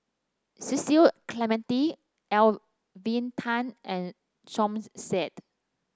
Cecil Clementi Lelvin Tan and Som Said